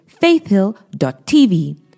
faithhill.tv